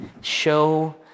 Show